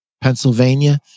Pennsylvania